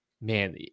man